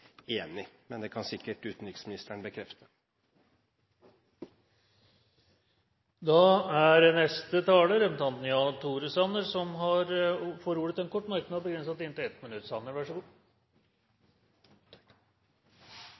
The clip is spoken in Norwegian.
enig. Men det kan sikkert utenriksministeren bekrefte. Representanten Jan Tore Sanner får ordet til en kort merknad, begrenset til 1 minutt.